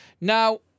Now